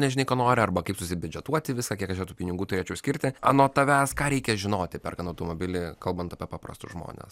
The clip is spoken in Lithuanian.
nežinai ko nori arba kaip susibidžetuoti visą kiek aš tų pinigų turėčiau skirti anot tavęs ką reikia žinoti perkant automobilį kalbant apie paprastus žmones